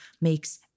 makes